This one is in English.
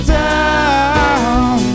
down